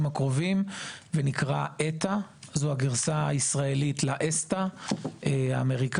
הקרובים ונקרא ETA. ETA זו הגרסה הישראלית ל-ESTA האמריקאית.